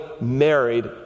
married